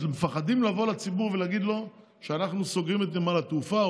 מפחדים לבוא לציבור ולהגיד לו שאנחנו סוגרים את נמל התעופה,